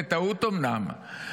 בטעות אומנם,